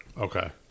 okay